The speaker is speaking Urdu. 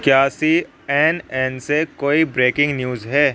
کیا سی این این سے کوئی بریکنگ نیوز ہے